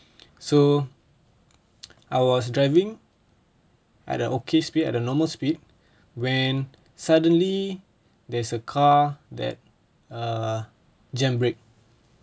so I was driving at the orchid street at a normal speed when suddenly there is a car that err jam brake